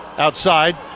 Outside